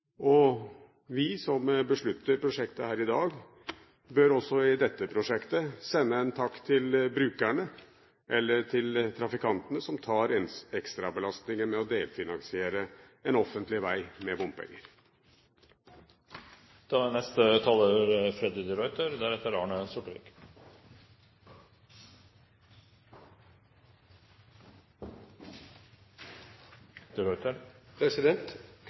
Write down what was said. Vi som beslutter prosjektet her i dag, bør også i dette prosjektet sende en takk til trafikantene som tar ekstrabelastningen med å delfinansiere en offentlig vei med bompenger. Arbeiderpartiet er